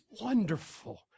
wonderful